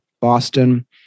Boston